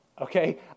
Okay